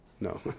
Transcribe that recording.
No